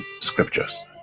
Scriptures